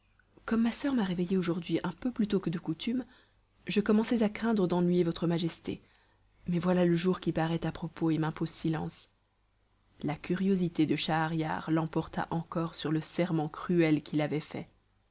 comme ma soeur m'a réveillée aujourd'hui un peu plus tôt que de coutume je commençais à craindre d'ennuyer votre majesté mais voilà le jour qui paraît à propos et m'impose silence la curiosité de schahriar l'emporta encore sur le serment cruel qu'il avait fait